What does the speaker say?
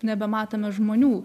nebematome žmonių